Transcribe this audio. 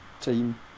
team